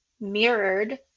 mirrored